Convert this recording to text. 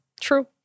True